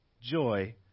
joy